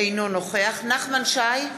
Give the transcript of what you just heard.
אינו נוכח נחמן שי,